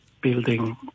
building